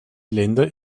länder